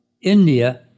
India